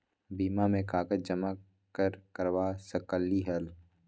बीमा में कागज जमाकर करवा सकलीहल?